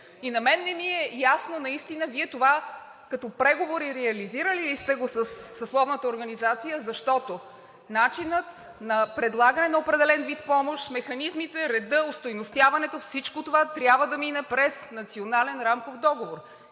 И на мен не ми е ясно наистина Вие това като преговори реализирали ли сте го със съсловната организация, защото начинът на предлагане на определен вид помощ, механизмите, редът, остойностяването, всичко това трябва да мине през Национален рамков договор.